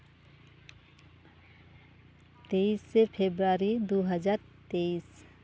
ᱛᱤᱨᱤᱥᱮ ᱯᱷᱮᱵᱨᱩᱣᱟᱨᱤ ᱫᱩ ᱦᱟᱡᱟᱨ ᱛᱮᱭᱤᱥ